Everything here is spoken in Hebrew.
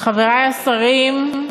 חברי השרים,